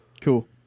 Cool